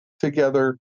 together